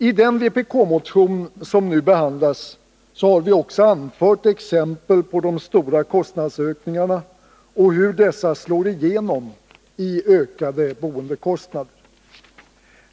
I den vpk-motion som nu behandlas har vi också anfört exempel på de stora kostnadsökningarna och hur dessa slår igenom i ökade boendekostnader.